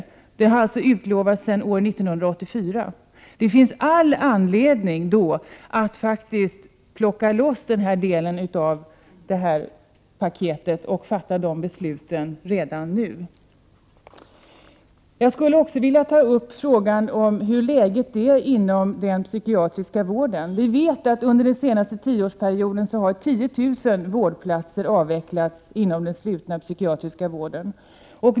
Förslag om reformering utlovades redan 1984. Därför finns det all anledning att frigöra den här delen ur paketet och fatta beslut redan nu. Jag skulle också vilja ta upp frågan om hur läget är inom den psykiatriska | vården. Vi vet att 10 000 vårdplatser avvecklats under den senaste tioårsperioden inom den slutna psykiatriska vården.